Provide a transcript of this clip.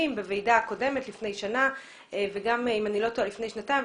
בוועידה הקודמת לפני שנה ואם אני לא טועה גם לפני שנתיים.